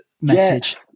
message